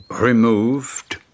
removed